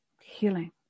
healing